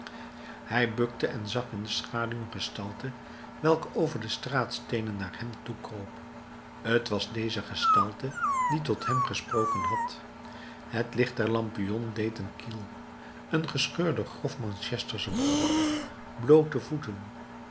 hij bukte en zag in de schaduw een gestalte welke over de straatsteenen naar hem toe kroop t was deze gestalte die tot hem gesproken had het licht der lampion deed een kiel een gescheurde grof manchestersche broek bloote voeten